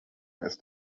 ist